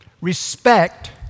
respect